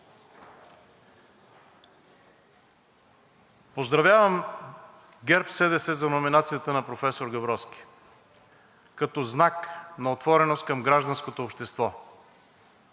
Поздравявам ГЕРБ-СДС за номинацията на професор Габровски като знак на отвореност към гражданското общество,